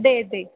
day day